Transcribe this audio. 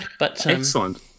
Excellent